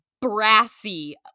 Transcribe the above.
brassy